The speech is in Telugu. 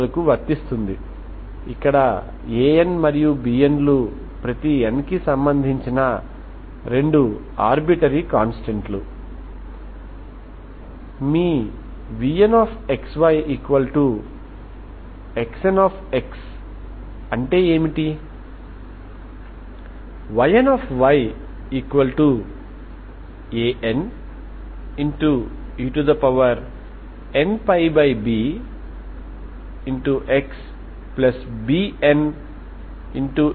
అలాగే మీరు ఇప్పటివరకు పరిగణించినట్లయితే మనము నిజంగా 2 డైమెన్షనల్ వేవ్ ఈక్వేషన్ ను పరిగణనలోకి తీసుకున్నాము మరియు డ్రమ్ సమస్యగా మనము సర్క్యులర్ డొమైన్ లో పరిష్కరిస్తాము ఇలాంటి బెస్సేల్ స్టర్మ్ లియోవిల్లే రకం వ్యవస్థ నుండి స్టర్మ్ లియోవిల్లే సమస్యను ఉదహరించేందుకు మనము వీటిని పరిష్కరించాము